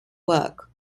work